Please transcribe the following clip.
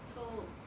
so